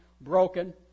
broken